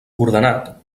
ordenat